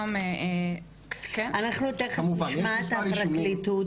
אנחנו תיכף נשמע את הפרקטיקות,